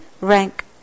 Rank